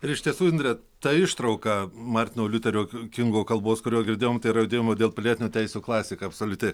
ir iš tiesų indre ta ištrauka martino liuterio kingo kalbos kurio girdėjom tai yra judėjimo dėl pilietinių teisių klasika absoliuti